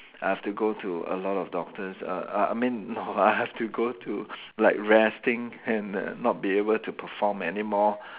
I have to go to a lot of doctors uh I mean no I have to go to like resting and not be able to perform any more